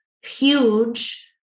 huge